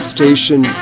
Station